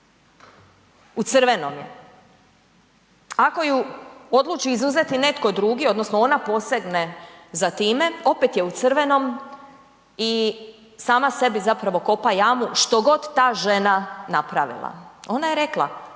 u crvenom je, ako je odluči izuzeti netko drugi odnosno ona posegne za time, opet je u crvenom i sama sebi zapravo kopa jamu što god ta žena napravila. Ona je rekla,